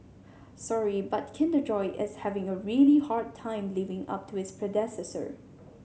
sorry but Kinder Joy is having a really hard time living up to its predecessor